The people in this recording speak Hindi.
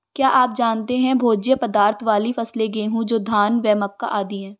क्या आप जानते है भोज्य पदार्थ वाली फसलें गेहूँ, जौ, धान व मक्का आदि है?